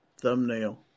thumbnail